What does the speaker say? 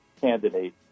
candidate